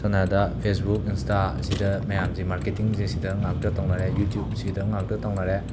ꯁꯝꯅ ꯍꯥꯏꯔꯕꯗ Facebook Insta ꯁꯤꯗ ꯃꯌꯥꯝꯁꯦ ꯃꯥꯔꯀꯦꯇꯤꯡꯁꯦ ꯁꯤꯗ ꯉꯥꯛꯇ ꯇꯧꯅꯔꯦ ꯌꯨꯇ꯭ꯌꯨꯞ ꯁꯤꯗ ꯉꯥꯛꯇ ꯇꯧꯅꯔꯦ